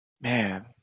Man